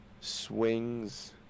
swings